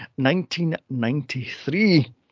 1993